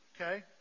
okay